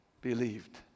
believed